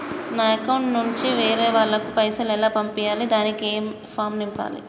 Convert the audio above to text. నా అకౌంట్ నుంచి వేరే వాళ్ళకు పైసలు ఎలా పంపియ్యాలి దానికి ఏ ఫామ్ నింపాలి?